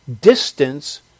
distance